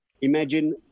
imagine